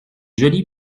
jolie